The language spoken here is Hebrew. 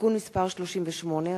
(תיקון מס' 38),